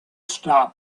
stop